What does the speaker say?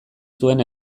zuen